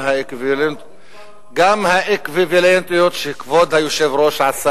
גם האקוויוולנטיות שכבוד היושב-ראש עשה